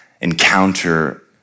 encounter